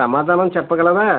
సమాధానం చెప్పగలరా